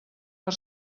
per